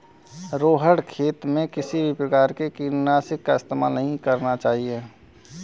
रोहण खेत में किसी भी प्रकार के कीटनाशी का इस्तेमाल नहीं करना चाहता है